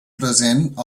present